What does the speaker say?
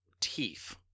Teeth